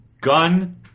Gun